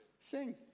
sing